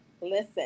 listen